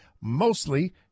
mostly